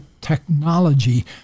technology